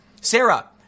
Sarah